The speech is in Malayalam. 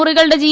മുറികളുടെജി